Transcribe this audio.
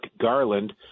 Garland